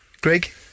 Greg